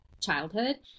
childhood